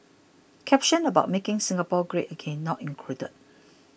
caption about making Singapore great again not included